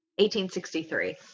1863